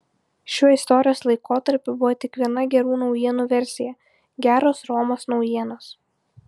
šiuo istorijos laikotarpiu buvo tik viena gerų naujienų versija geros romos naujienos